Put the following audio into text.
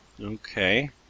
Okay